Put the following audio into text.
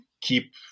keep